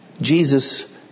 Jesus